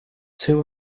two